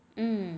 mm